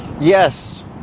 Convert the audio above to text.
Yes